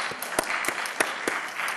(מחיאות כפיים)